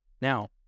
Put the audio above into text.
Now